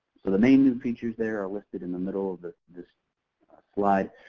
so the main new features there are listed in the middle of this slide.